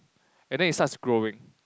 and then it starts growing